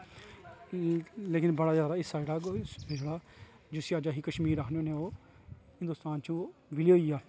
लैकिन बड़ा ज्यादा हिस्सा जेहड़ा जिसी अस कशमीर आक्खने होन्ने ओह् हिन्दुस्तान च ओह् बिलेए होई गेआ